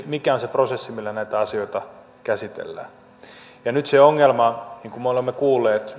mikä on se prosessi millä näitä asioita käsitellään ehkä nyt se perusongelma niin kuin me olemme kuulleet